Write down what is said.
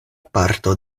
parto